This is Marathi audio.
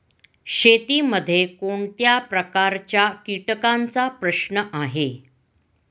शेतीमध्ये कोणत्या प्रकारच्या कीटकांचा प्रश्न आहे?